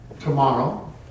tomorrow